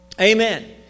Amen